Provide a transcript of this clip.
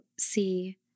see